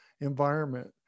environment